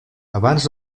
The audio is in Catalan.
abans